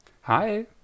Hi